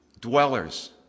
dwellers